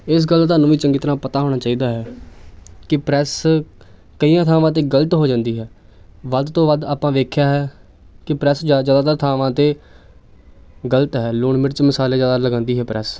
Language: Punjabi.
ਇਸ ਗੱਲ ਦਾ ਤੁਹਾਨੂੰ ਵੀ ਚੰਗੀ ਤਰ੍ਹਾਂ ਪਤਾ ਹੋਣਾ ਚਾਹੀਦਾ ਹੈ ਕਿ ਪ੍ਰੈਸ ਕਈਆਂ ਥਾਵਾਂ 'ਤੇ ਗਲਤ ਹੋ ਜਾਂਦੀ ਹੈ ਵੱਧ ਤੋਂ ਵੱਧ ਆਪਾਂ ਵੇਖਿਆ ਹੈ ਕਿ ਪ੍ਰੈਸ ਜਿ ਜ਼ਿਆਦਾਤਰ ਥਾਵਾਂ 'ਤੇ ਗਲਤ ਹੈ ਲੂਣ ਮਿਰਚ ਮਸਾਲੇ ਜ਼ਿਆਦਾ ਲਗਾਉਂਦੀ ਹੈ ਪ੍ਰੈਸ